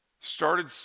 started